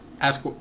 Ask